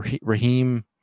Raheem